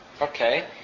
Okay